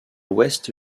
l’ouest